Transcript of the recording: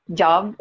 job